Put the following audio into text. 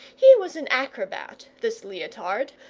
he was an acrobat, this leotard,